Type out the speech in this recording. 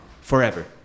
forever